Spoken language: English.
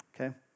Okay